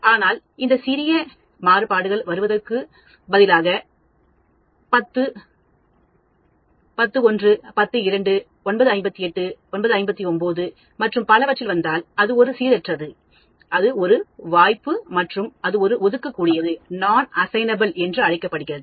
ஆனால் அந்த சிறிய மாறுபாடுகள் வருவதற்கு பதிலாக 1000 நான் 1001 1002 958 959 மற்றும் பலவற்றில் வந்தால் அது ஒரு சீரற்றது அது ஒரு வாய்ப்பு மற்றும் அது ஒதுக்க முடியாதது என்று அழைக்கப்படுகிறது